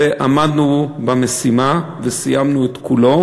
ועמדנו במשימה וסיימנו את כולו,